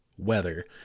weather